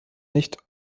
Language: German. nicht